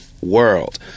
world